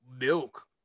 milk